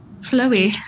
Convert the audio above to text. flowy